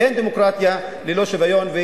ואין דמוקרטיה ללא שוויון.